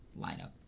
lineup